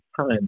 time